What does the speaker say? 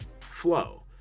flow